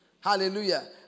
Hallelujah